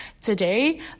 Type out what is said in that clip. today